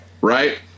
Right